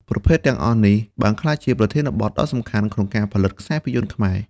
ប្រភេទទាំងអស់នេះបានក្លាយជាប្រធានបទដ៏សំខាន់ក្នុងការផលិតខ្សែភាពយន្តខ្មែរ។